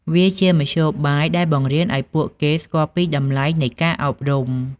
វាជាមធ្យោបាយដែលបង្រៀនឱ្យពួកគេស្គាល់ពីតម្លៃនៃការអប់រំ។